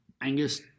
Angus